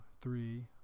three